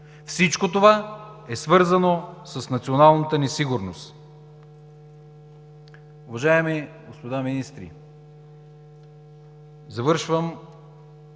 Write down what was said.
Всичко това е свързано с националната ни сигурност.